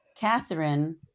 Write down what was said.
Catherine